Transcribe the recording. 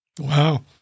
Wow